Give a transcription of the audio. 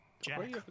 Jack